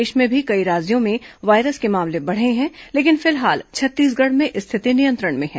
देश में भी कई राज्यों में वायरस के मामले बढ़े है लेकिन फिलहाल छत्तीसगढ़ में स्थिति नियंत्रण में है